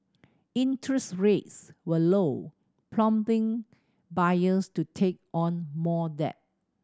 interest rates were low prompting buyers to take on more debt